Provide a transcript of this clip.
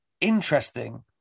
interesting